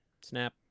Snap